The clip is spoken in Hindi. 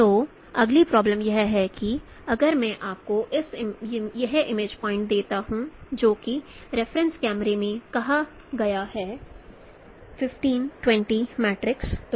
तो अगली प्रॉब्लम यह है कि अगर मैं आपको एक इमेज पॉइंट देता हूं जो कि रेफरेंस कैमरे में कहा गया है 15 20